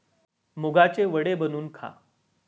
मुगाचे वडे बनवून खा